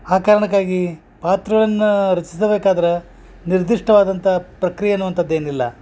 ಆ ಕಾರಣಕ್ಕಾಗಿ ಪಾತ್ರವನ್ನ ರಚಿಸಬೇಕಾದ್ರ ನಿರ್ದಿಷ್ಟವಾದಂಥ ಪ್ರಕ್ರಿಯೆ ಅನುವಂಥದ್ ಏನಿಲ್ಲ